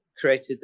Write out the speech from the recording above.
created